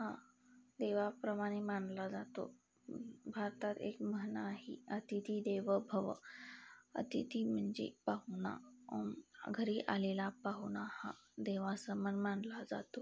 हा देवाप्रमाणे मानला जातो भारतात एक म्हण आहे अतिथी देवो भव अतिथी म्हणजे पाहुणा घरी आलेला पाहुणा हा देवासमान मानला जातो